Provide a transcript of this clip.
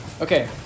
Okay